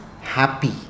happy